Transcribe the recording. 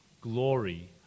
glory